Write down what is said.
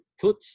put